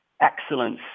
excellence